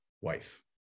wife